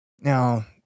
Now